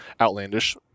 outlandish